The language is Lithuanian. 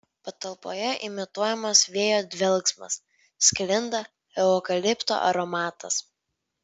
patalpoje imituojamas vėjo dvelksmas sklinda eukalipto aromatas